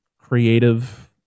creative